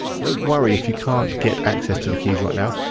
so worry if you can't get access to the keys right now.